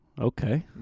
Okay